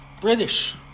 British